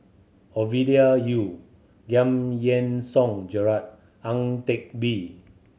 Ovidia Yu Giam Yean Song Gerald Ang Teck Bee